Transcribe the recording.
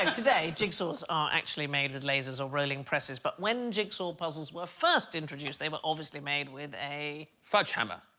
and today jigsaws are actually made with lasers or rolling presses but when jigsaw puzzles were first introduced they were obviously made with a. fudge hammer